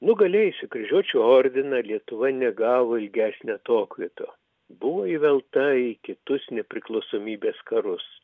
nugalėjusi kryžiuočių ordiną lietuva negavo ilgesnio atokvėpio buvo įvelta į kitus nepriklausomybės karus